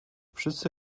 wszyscy